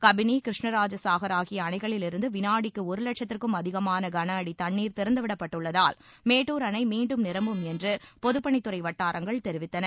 கபினி கிருஷ்ணராஜசாக் ஆகிய அணைகளிலிருந்து வினாடிக்கு ஒரு லட்சத்திற்கும் அதிகமான கனஅடி தண்ணீர் திறந்துவிடப்பட்டுள்ளதால் மேட்டுர் அணை மீண்டும் நிரம்பும் என்று பொதுப்பணித் துறை வட்டாரங்கள் தெரிவித்தன